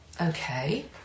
Okay